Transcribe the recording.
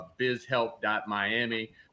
bizhelp.miami